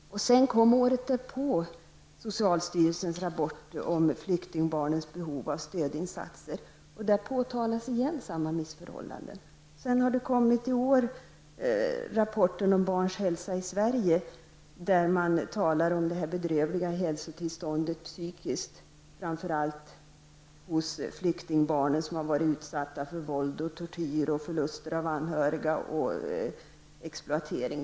Året därpå kom socialstyrelsens rapport om flyktingbarnens behov av stödinsatser, och där påtalas på nytt bristerna i hälsokontroller. I år har en rapport om hälsan hos barn i Sverige kommit, och i den talar man om det bedrövliga psykiska hälsotillståndet hos flyktingbarn som har varit utsatta för våld, tortyr, förluster av anhöriga och exploatering.